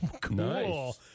Cool